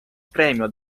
premio